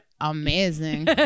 amazing